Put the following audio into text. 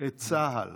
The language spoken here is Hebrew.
את צה"ל